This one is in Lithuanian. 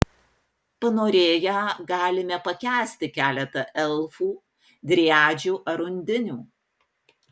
panorėję galime pakęsti keletą elfų driadžių ar undinių